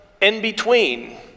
in-between